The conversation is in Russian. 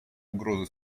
угрозы